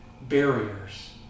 barriers